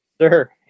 Sir